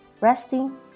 resting